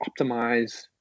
optimize